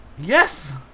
Yes